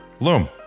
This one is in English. Loom